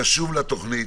קשוב לתוכנית,